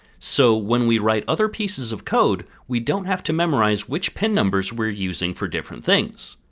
so when we write other pieces of code we don't have to memorize which pin numbers we are using for different things.